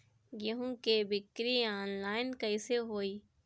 गेहूं के बिक्री आनलाइन कइसे होई?